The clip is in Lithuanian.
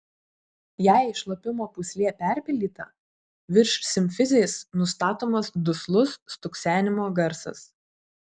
jei šlapimo pūslė perpildyta virš simfizės nustatomas duslus stuksenimo garsas